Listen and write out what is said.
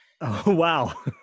wow